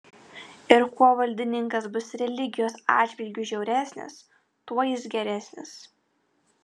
ir kuo valdininkas bus religijos atžvilgiu žiauresnis tuo jis geresnis